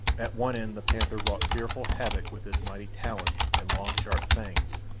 at one end the panther wrought fearful havoc with his mighty talons and long, sharp fangs,